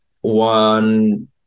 one